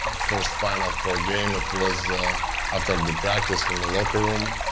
first final four game it was after the practice in the locker room,